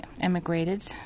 emigrated